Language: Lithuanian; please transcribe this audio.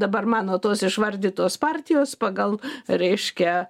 dabar mano tos išvardytos partijos pagal reiškia